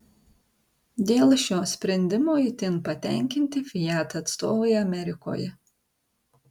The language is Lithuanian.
dėl šio sprendimo itin patenkinti fiat atstovai amerikoje